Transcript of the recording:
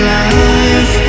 life